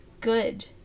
good